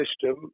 system